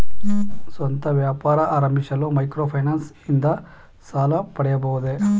ಸ್ವಂತ ವ್ಯಾಪಾರ ಆರಂಭಿಸಲು ಮೈಕ್ರೋ ಫೈನಾನ್ಸ್ ಇಂದ ಸಾಲ ಪಡೆಯಬಹುದೇ?